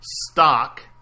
stock